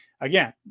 Again